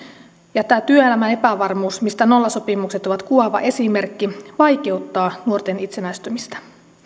ja tämä työelämän epävarmuus mistä nollasopimukset ovat kuvaava esimerkki vaikeuttaa nuorten itsenäistymistä